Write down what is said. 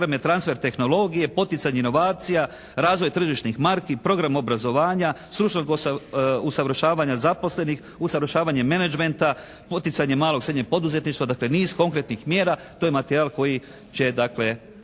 programe, transfer tehnologije, poticanje inovacija, razvoj tržišnih marki, program obrazovanja, stručnog usavršavanja zaposlenih, usavršavanje menagementa, poticanje malog i srednjeg poduzetništva. Dakle niz konkretnih mjera. To je materijal koji će dakle